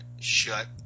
shut